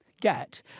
Get